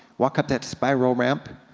walk up that spiral ramp.